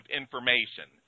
information